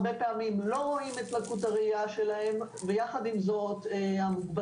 הרבה פעמים לא רואים את לקות הראייה שלהם ויחד עם זאת המוגבלות